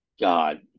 God